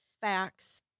facts